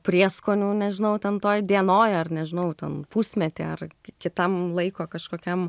prieskonių nežinau ten toj dienoj ar nežinau ten pusmetį ar kitam laiko kažkokiam